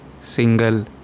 single